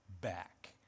back